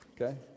okay